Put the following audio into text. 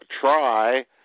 try